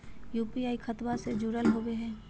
UPI खतबा से जुरल होवे हय?